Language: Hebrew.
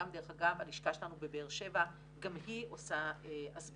דרך אגב, גם הלשכה שלנו בבאר שבע עושה הסברות